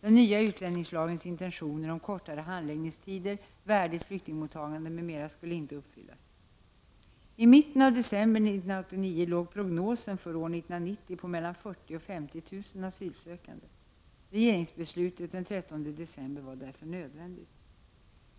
Den nya utlänningslagens intentioner om kortare handläggningstider, värdigt flyktingmottagande m.m. skulle inte kunna uppfyllas. I mitten av december 1989 låg prognosen för år 1990 på mellan 40 000 och 50 000 asylsökande. Regeringsbeslutet den 13 december 1989 var därför nödvändigt.